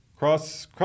Cross